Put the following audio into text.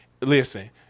Listen